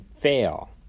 fail